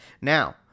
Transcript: Now